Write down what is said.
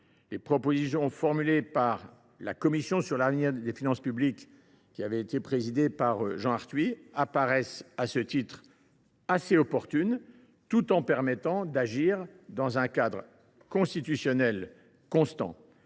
Les propositions formulées par la commission sur l’avenir des finances publiques qu’a présidée Jean Arthuis apparaissent à cet égard très opportunes, tout en permettant d’agir à cadre constitutionnel constant.